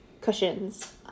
cushions